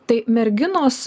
tai merginos